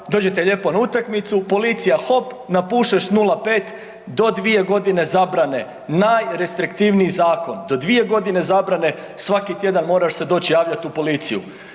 dođete lijepo na utakmicu, polija hop, napušeš 0,5, do 2 godine zabrane, najrestriktivniji zakon, do 2 godine zabrana svaki tjedan moraš se doći javljati u policiju.